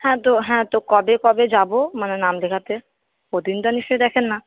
হ্যাঁ তো হ্যাঁ তো কবে কবে যাব মানে নাম লেখাতে প্রতিদিন তো আর নিশ্চয় দেখেন না